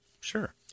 Sure